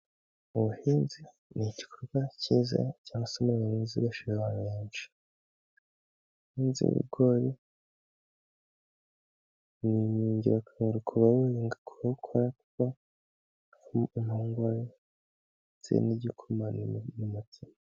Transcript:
Ubuhinzi ni igikorwa cyiza cyangwa umurimo ubeshejeho abantu benshi, ubuhinzi bw'ibigori n'igirakamaro ku bawukora, kuko havamo impungure, ndetse n'igikoma n'umutsima.